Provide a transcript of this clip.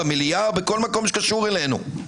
במליאה או בכל מקום שקשור אלינו.